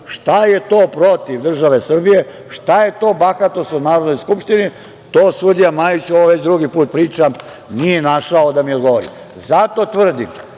Šta je to protiv države Srbije? Šta je to bahatost u Narodnoj skupštini? To sudija Majić, ovo već drugi put pričam, nije našao da mi odgovori. Zato tvrdim